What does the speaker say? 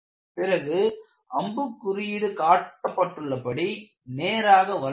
பிறகு அம்பு குறியீடு காட்டப்பட்டுள்ளபடி நேராக வளர்கிறது